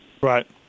Right